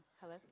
Hello